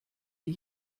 die